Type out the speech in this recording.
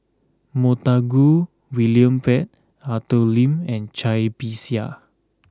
Montague William Pett Arthur Lim and Cai Bixia